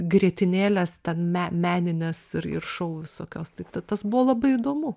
grietinėlės ten meninės ir ir šou visokios tai tas buvo labai įdomu